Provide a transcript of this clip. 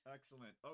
Excellent